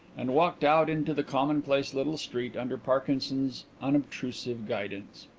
and walked out into the commonplace little street under parkinson's unobtrusive guidance.